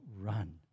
run